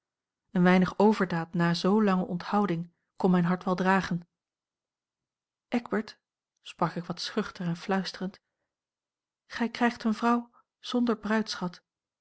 een weinig overdaad nà zoolange onthouding kon mijn hart wel dragen eckbert sprak ik wat schuchter en fluisterend gij krijgt eene vrouw zonder